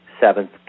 seventh